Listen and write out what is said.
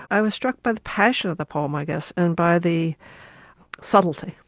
i was struck by the passion of the poem i guess and by the subtlety.